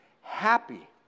happy